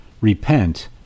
Repent